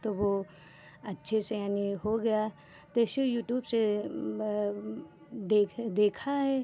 तो वो अच्छे से यानि हो गया तो ऐसे यूट्यूब से देख देखा है